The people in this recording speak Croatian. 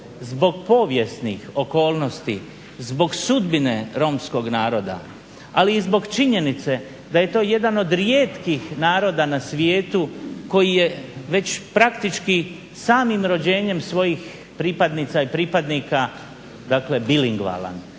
zbog povijesnih okolnosti, zbog sudbine romskog naroda, ali i zbog činjenice da je to jedan od rijetkih naroda na svijetu koji je već praktički samim rođenje svojih pripadnica i pripadnika, dakle bilinglavan,